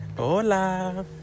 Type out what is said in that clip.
Hola